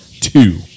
two